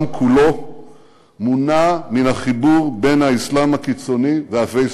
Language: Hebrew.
כולו מונע מן החיבור בין האסלאם הקיצוני והפייסבוק.